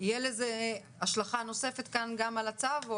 יהיה לזה השלכה נוספת גם על הצו?